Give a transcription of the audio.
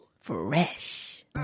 Fresh